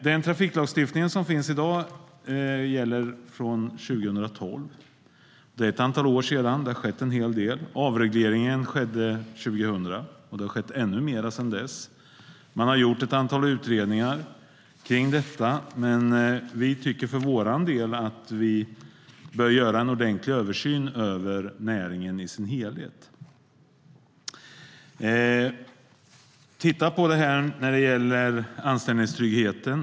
Den trafiklagstiftning som finns i dag trädde i kraft 2012. Det är ett par år sedan, och det har skett en del. Avregleringen skedde 2000, och det har skett ännu mer sedan dess. Ett antal utredningar har gjorts, men vi tycker att det bör göras en ordentlig översyn av näringen i dess helhet. Hur ser det ut med anställningstryggheten?